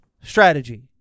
strategy